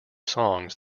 songs